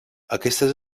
aquestes